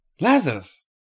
Lazarus